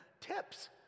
tips